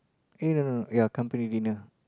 eh no no ya company dinner